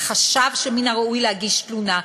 חשב שמן הראוי להגיש תלונה,